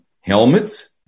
helmets